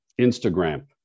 Instagram